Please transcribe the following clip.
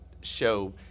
show